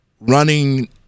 running